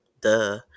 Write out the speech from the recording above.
duh